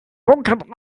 bunkert